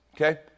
okay